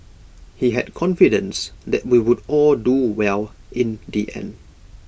he had confidence that we would all do well in the end